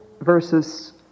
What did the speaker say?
Versus